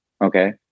Okay